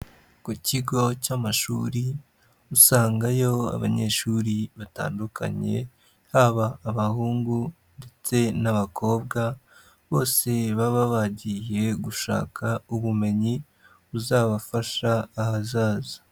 Ku kigo cy'amashuri usangayo abanyeshuri batandukanye, haba abahungu ndetse n'abakobwa, bose baba bagiye gushaka ubumenyi buzabafasha ahazaza.